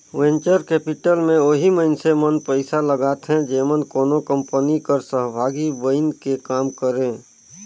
venture capital में ओही मइनसे मन पइसा लगाथें जेमन कोनो कंपनी कर सहभागी बइन के काम करें